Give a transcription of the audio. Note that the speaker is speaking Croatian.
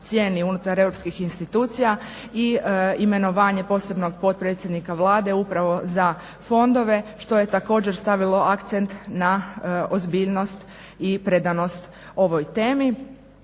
i imenovanje posebnog potpredsjednika Vlade upravo za fondove što je također stavilo akcent na ozbiljnost i predanost ovoj temi.